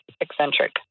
eccentric